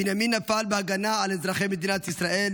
בנימין נפל בהגנה על אזרחי מדינת ישראל